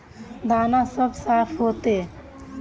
दाना सब साफ होते?